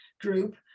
group